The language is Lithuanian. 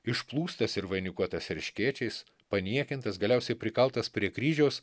išplūstas ir vainikuotas erškėčiais paniekintas galiausiai prikaltas prie kryžiaus